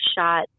shot